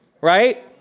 Right